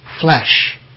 flesh